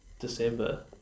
December